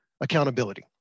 accountability